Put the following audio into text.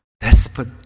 Desperate